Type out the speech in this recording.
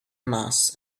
mass